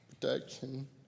protection